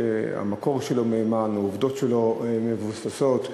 המקור שלו מהימן, העובדות שלו מבוססות,